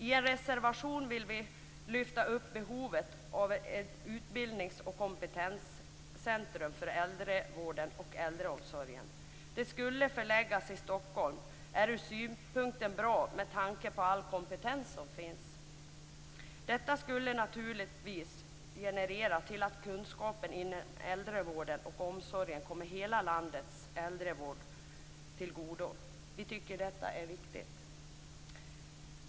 I en reservation lyfter vi fram behovet av ett utbildnings och kompetenscentrum för äldrevården och äldreomsorgen. Med tanke på all kompetens som finns i Stockholm skulle den kunna förläggas där. Detta skulle naturligtvis leda till att kunskapen inom äldrevården och äldreomsorgen kommer hela landets äldrevård till godo. Det är viktigt.